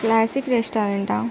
classic రెస్టారెంటా